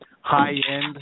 high-end